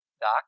Doc